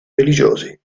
religiosi